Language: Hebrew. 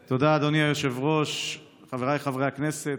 תודה, אדוני היושב-ראש, חבריי חברי הכנסת,